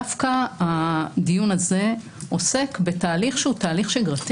דווקא הדיון הזה עוסק בתהליך שהוא שגרתי-